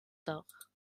dag